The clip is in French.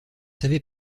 savez